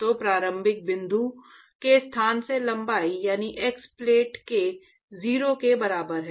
तो प्रारंभिक बिंदु से स्थान की लंबाई यानी x प्लेट के 0 के बराबर है